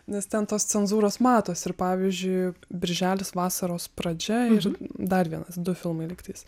nes ten tos cenzūros matosi ir pavyzdžiui birželis vasaros pradžia ir dar vienas du filmai lygtais